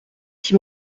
qui